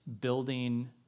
building